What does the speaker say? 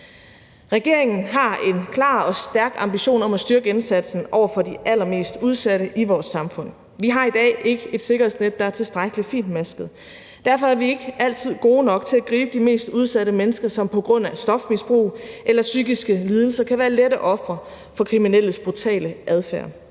Regeringen har en klar og stærk ambition om at styrke indsatsen over for de allermest udsatte i vores samfund. Vi har i dag ikke et sikkerhedsnet, der er tilstrækkelig fintmasket, og derfor er vi ikke altid gode nok til at gribe de mest udsatte mennesker, som på grund af stofmisbrug eller psykiske lidelser kan være lette ofre for kriminelles brutale adfærd.